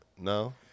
No